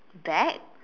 bag